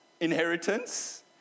Inheritance